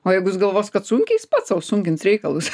o jeigu jis galvos kad sunkiai jis pats sau sunkins reikalus